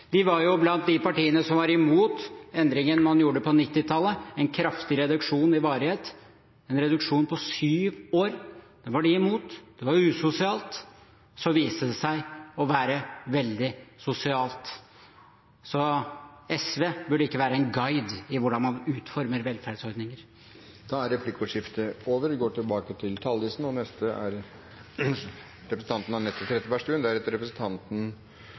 De var blant de partiene som var imot endringen man gjorde på 1990-tallet, med en kraftig reduksjon i varighet, en reduksjon på syv år. Den var de imot, det var usosialt. Så viste det seg å være veldig sosialt. Så SV burde ikke være en guide i hvordan man utformer velferdsordninger. Da er replikkordskiftet over. Barnefattigdom er